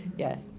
yeah?